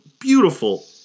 beautiful